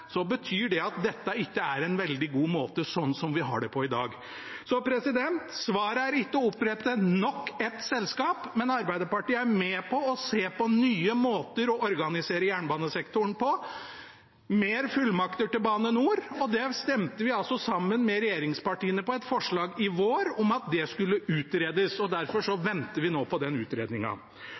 veldig god. Så svaret er ikke å opprette nok et selskap, men Arbeiderpartiet er med på å se på nye måter å organisere jernbanesektoren på – flere fullmakter til Bane NOR. Vi stemte sammen med regjeringspartiene i vår for et forslag om at det skulle utredes. Derfor venter vi nå på den